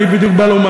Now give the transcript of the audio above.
אני בדיוק בא לומר.